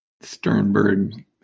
Sternberg